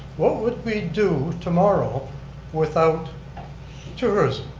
what would we do tomorrow without tourism?